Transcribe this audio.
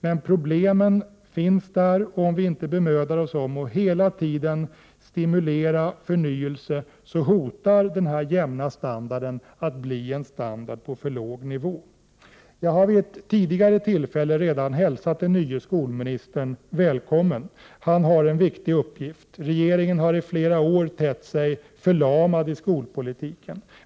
Men problemen finns där, och om vi inte bemödar oss om att hela tiden stimulera förnyelse hotar denna jämna standard att bli en standard på för låg nivå. Jag har redan vid ett tidigare tillfälle hälsat den nye skolministern välkommen. Han har en viktig uppgift. Regeringen har i flera år tett sig förlamad i skolpolitiken.